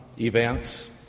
events